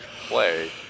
play